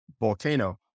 volcano